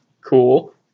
Cool